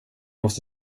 måste